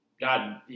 God